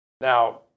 Now